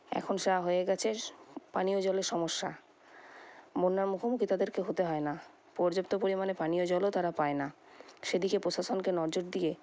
এখন তা হয়ে গেছে পানীয় জলের সমস্যা বন্যার মুখোমুখি তাদেরকে হতে হয় না পর্যাপ্ত পরিমাণে পানীয় জলও তারা পায় না সেদিকে প্রশাসনকে নজর দিয়ে